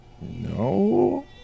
No